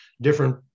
different